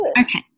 Okay